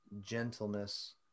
gentleness